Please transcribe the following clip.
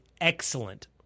excellent